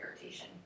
irritation